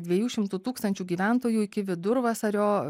dviejų šimtų tūkstančių gyventojų iki vidurvasario